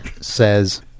says